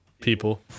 people